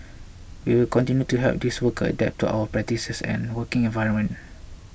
we will continue to help these workers adapt to our practices and working environment